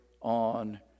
on